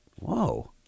Whoa